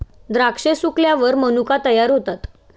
द्राक्षे सुकल्यावर मनुका तयार होतात